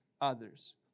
others